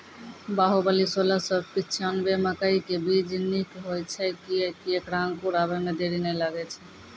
बाहुबली सोलह सौ पिच्छान्यबे मकई के बीज निक होई छै किये की ऐकरा अंकुर आबै मे देरी नैय लागै छै?